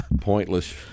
pointless